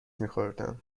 میخوردم